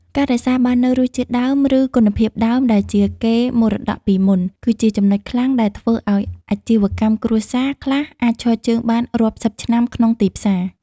ការរក្សាបាននូវរសជាតិដើម ឬគុណភាពដើមដែលជាកេរមរតកពីមុន គឺជាចំណុចខ្លាំងដែលធ្វើឱ្យអាជីវកម្មគ្រួសារខ្លះអាចឈរជើងបានរាប់សិបឆ្នាំក្នុងទីផ្សារ។